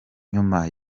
nyuma